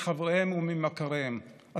מחבריהן וממכריהן,